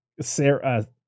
Sarah